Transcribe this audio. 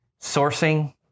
sourcing